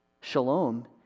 Shalom